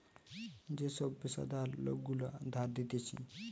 যে সব পেশাদার লোক গুলা ধার দিতেছে